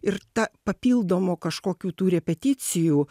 ir ta papildomo kažkokių tų repeticijų